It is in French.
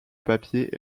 papier